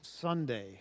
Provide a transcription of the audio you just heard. Sunday